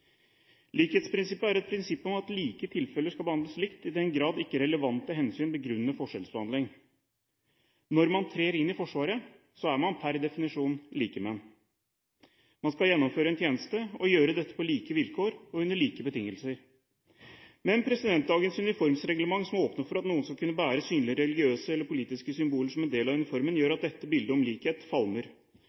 Likhetsprinsippet er et prinsipp om at like tilfeller skal behandles likt i den grad ikke relevante hensyn begrunner forskjellsbehandling. Når man trer inn i Forsvaret, er man per definisjon likemenn. Man skal gjennomføre en tjeneste og gjøre dette på like vilkår og under like betingelser. Men dagens uniformsreglement, som åpner for at noen skal kunne bære synlige religiøse eller politiske symboler som en del av uniformen, gjør at dette bildet om likhet falmer.